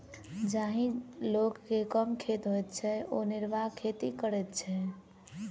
जाहि लोक के कम खेत होइत छै ओ निर्वाह खेती करैत छै